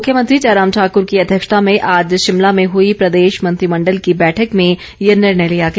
मुख्यमंत्री जयराम ठाकूर की अध्यक्षता में आज शिमला में हुई प्रदेश मंत्रिमंडल की बैठक में ये निर्णय लिया गया